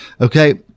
Okay